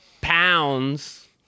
Pounds